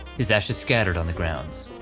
his ashes scattered on the grounds.